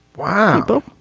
wow. but